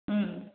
ꯎꯝ